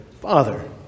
Father